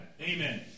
Amen